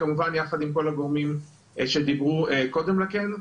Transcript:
כמובן יחד עם כל הגורמים שדיברו קודם לכן.